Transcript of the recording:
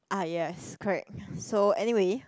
ah yes correct so anyway